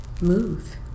move